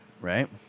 Right